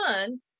one